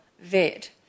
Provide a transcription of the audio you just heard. vet